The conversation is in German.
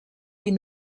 wie